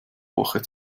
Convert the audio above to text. woche